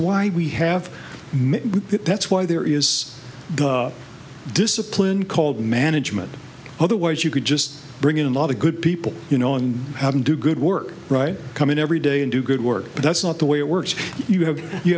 why we have it that's why there is the discipline called management otherwise you could just bring in a lot of good people you know and have them do good work right come in every day and do good work but that's not the way it works you have you